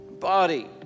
body